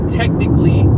technically